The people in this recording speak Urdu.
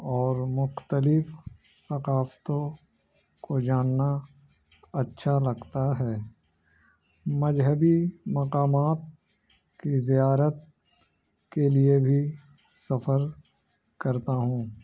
اور مختلف ثقافتوں کو جاننا اچھا لگتا ہے مذہبی مقامات کی زیارت کے لیے بھی سفر کرتا ہوں